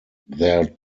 their